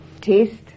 taste